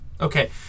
Okay